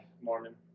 Mormon